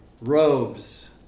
robes